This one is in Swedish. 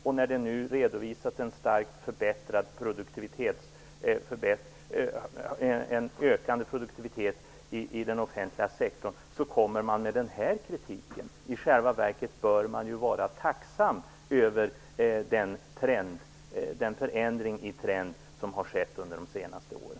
Nu när det redovisas en starkt ökande produktivitet i den offentliga sektorn kommer man med den här kritiken! Det finner jag något märkligt. I själva verket bör man vara tacksam över den förändring av trenden som har skett under de senaste åren.